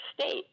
state